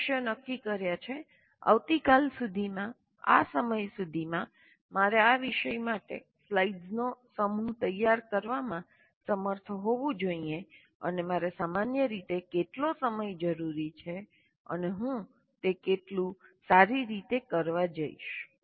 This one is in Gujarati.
મેં લક્ષ્યો નક્કી કર્યા છે આવતી કાલ સુધીમાં આ સમય સુધીમાં મારે આ વિષય માટે સ્લાઇડ્સનો સમૂહ તૈયાર કરવામાં સમર્થ હોવું જોઈએ અને મારે સામાન્ય રીતે કેટલો સમય જરૂરી છે અને હું તે કેટલું સારી રીતે કરવા જઈશ